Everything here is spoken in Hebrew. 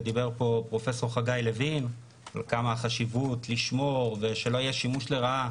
ודיבר פה פרופ' חגי לוי על החשיבות לשמור ושלא יהיה שימוש לרעה